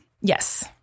Yes